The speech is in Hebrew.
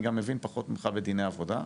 אני גם מבין פחות ממך בדיני עבודה,